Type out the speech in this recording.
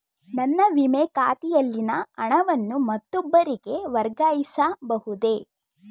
ನನ್ನ ವಿಮೆ ಖಾತೆಯಲ್ಲಿನ ಹಣವನ್ನು ಮತ್ತೊಬ್ಬರಿಗೆ ವರ್ಗಾಯಿಸ ಬಹುದೇ?